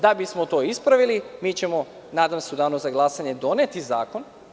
Da bismo to ispravili, mi ćemo nadam se u danu za glasanje doneti zakon.